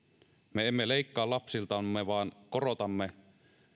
me emme leikkaa lapsiltamme vaan korotamme